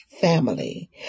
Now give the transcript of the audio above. family